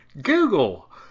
Google